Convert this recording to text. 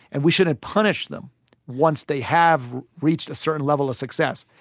and we shouldn't punish them once they have reached a certain level of success.